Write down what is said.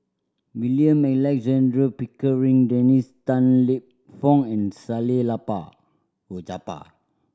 William Alexander Pickering Dennis Tan Lip Fong and Salleh Japar